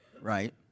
right